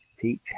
teach